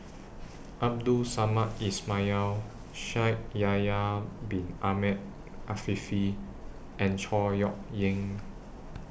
Abdul Samad Ismail Shaikh Yahya Bin Ahmed Afifi and Chor Yeok Eng